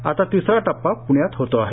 आता तिसरा टप्पा प्ण्यात होतो आहे